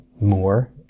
more